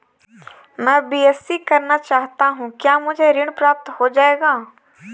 मैं बीएससी करना चाहता हूँ क्या मुझे ऋण प्राप्त हो जाएगा?